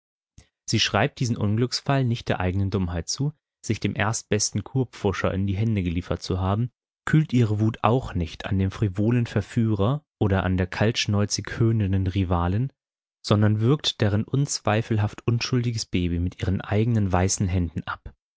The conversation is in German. sie schreibt diesen unglücksfall nicht der eigenen dummheit zu sich dem erstbesten kurpfuscher in die hände geliefert zu haben kühlt ihre wut auch nicht an dem frivolen verführer oder an der kaltschnäuzig höhnenden rivalin sondern würgt deren unzweifelhaft unschuldiges baby mit ihren eigenen weißen händen ab